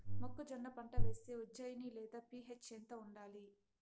మొక్కజొన్న పంట వేస్తే ఉజ్జయని లేదా పి.హెచ్ ఎంత ఉండాలి?